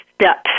steps